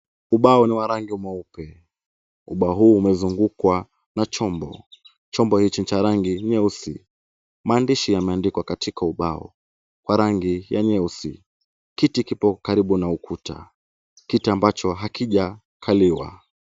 Ubao ni wa rangi mweupe. Ubao huu umezungukwa na chombo. Chombo hichi ni cha rangi nyeusi. Maandishi yameandikwa katika ubao kwa rangi ya nyeusi. Kiti kipo karibu na ukuta. Kiti ambacho hakijakaliwa.